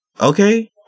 Okay